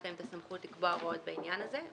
יש את הסמכות לקבוע הוראות בעניין הזה.